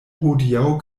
hodiaŭ